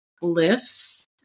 lifts